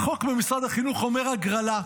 החוק במשרד החינוך אומר שיש הגרלה,